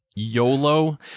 YOLO